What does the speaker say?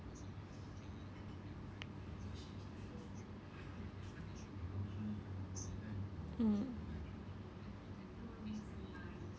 mm